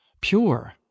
pure